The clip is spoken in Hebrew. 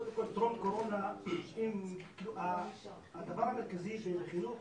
קודם כל טרום קורונה הדבר המרכזי מבחינת החינוך